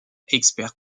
expert